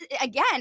again